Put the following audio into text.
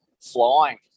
flying